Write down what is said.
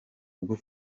ubwo